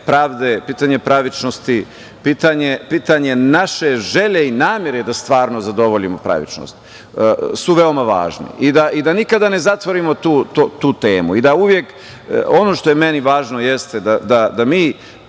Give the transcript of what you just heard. pravde, pitanje pravičnosti, pitanje naše želje i namere da stvarno zadovoljimo pravičnost su veoma važni i da nikada ne zatvorimo tu temu. Ono što je meni važno je da mi